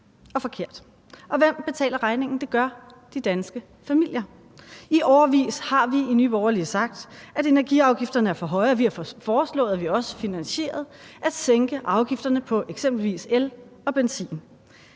og hvem betaler regningen? Det gør de danske familier. I årevis har vi i Nye Borgerlige sagt, at energiafgifterne er for høje, og vi har foreslået – og har også finansieret – at sænke afgifterne på eksempelvis el og benzin.